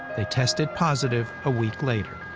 they tested positive a week later.